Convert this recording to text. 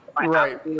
Right